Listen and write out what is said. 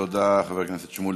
תודה, חבר הכנסת שמולי.